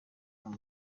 hano